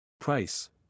Price